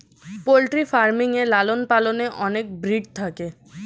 poultry farming এ লালন পালনে অনেক ব্রিড থাকে